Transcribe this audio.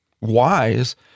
wise